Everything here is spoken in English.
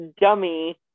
dummy